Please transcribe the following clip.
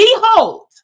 Behold